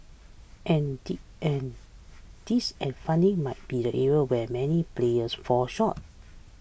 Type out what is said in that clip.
and D and this and funding might be the areas where many players fall short